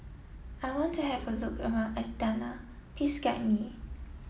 I want to have a look around Astana please guide me